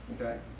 Okay